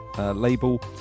label